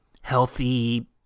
healthy